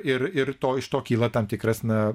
ir ir to iš to kyla tam tikras na